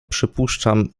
przypuszczam